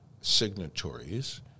signatories